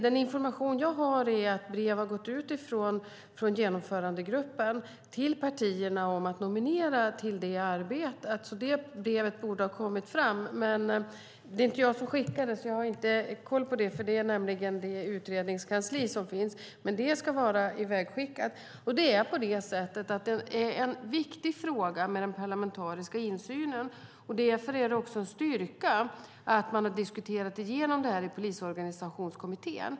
Den information jag har är att brev har gått ut från Genomförandegruppen till partierna om att nominera till det arbetet. Det brevet ska vara ivägskickat och borde ha kommit fram. Det är inte jag som skickar det, utan det gör det utredningskansli som finns. En viktig fråga med den parlamentariska insynen, och det är också en styrka, är att man har diskuterat igenom det här i Polisorganisationskommittén.